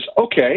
okay